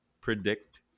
predict